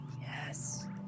Yes